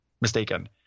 mistaken